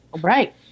Right